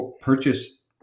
purchase